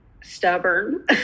stubborn